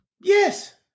Yes